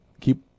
Keep